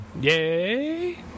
Yay